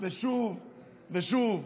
ושוב ושוב.